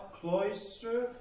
cloister